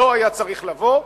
לא היה צריך לבוא.